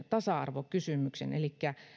tasa arvokysymyksen elikkä